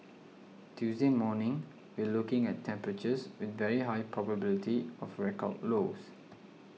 Tuesday morning we're looking at temperatures with very high probability of record lows